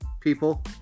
people